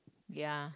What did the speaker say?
ya